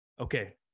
Okay